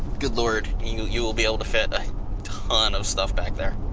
good lord, you you will be able to fit a ton of stuff back there.